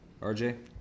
RJ